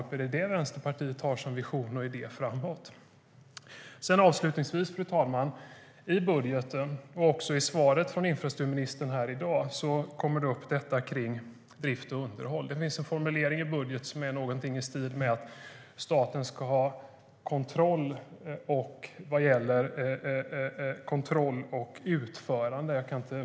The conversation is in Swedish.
Är det Vänsterpartiets vision och idé framåt, Emma Wallrup? Fru talman! I budgeten och i infrastrukturministerns svar i dag kommer drift och underhåll upp. I budgeten finns en formulering i stil med att staten ska ha kontroll över utförandet.